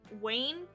Wayne